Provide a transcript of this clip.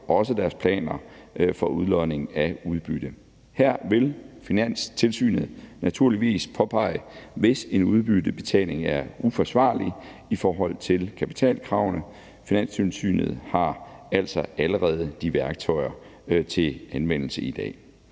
også deres planer for udlodning af udbytte. Her vil Finanstilsynet naturligvis påpege det, hvis en udbyttebetaling er uforsvarlig i forhold til kapitalkravene. Finanstilsynet har altså allerede de værktøjer til anvendelse i dag.